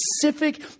specific